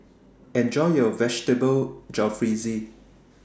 Enjoy your Vegetable Jalfrezi